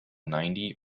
ninety